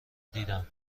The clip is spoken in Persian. دیدم